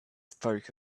spoke